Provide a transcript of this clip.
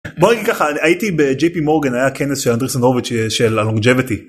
בואי ככה הייתי בג'יפי מורגן היה כנס של אנדריס נובץ של הלונג'בטי.